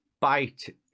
bite